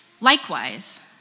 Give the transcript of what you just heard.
Likewise